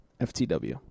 FTW